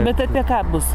bet apie ką bus